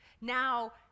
Now